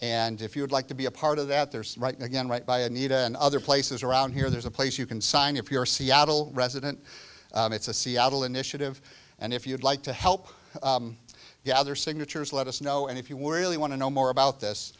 and if you would like to be a part of that there's writing again right by anita and other places around here there's a place you can sign if you're seattle resident it's a seattle initiative and if you'd like to help yeah their signatures let us know and if you were really want to know more about this